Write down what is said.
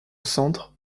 centre